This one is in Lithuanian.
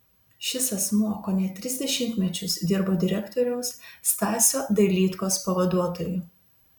šis asmuo kone tris dešimtmečius dirbo direktoriaus stasio dailydkos pavaduotoju